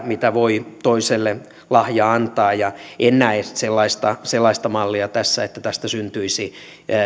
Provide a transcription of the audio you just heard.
mitä voi toiselle lahjana antaa ja en näe sellaista sellaista tässä että tästä syntyisi